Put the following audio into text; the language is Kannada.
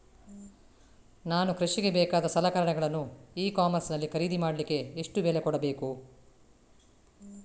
ನಾನು ಕೃಷಿಗೆ ಬೇಕಾದ ಸಲಕರಣೆಗಳನ್ನು ಇ ಕಾಮರ್ಸ್ ನಲ್ಲಿ ಖರೀದಿ ಮಾಡಲಿಕ್ಕೆ ಎಷ್ಟು ಬೆಲೆ ಕೊಡಬೇಕು?